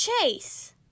Chase